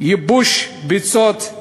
ייבוש ביצות,